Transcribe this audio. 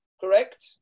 Correct